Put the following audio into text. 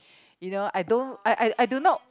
you know I don't I I I do not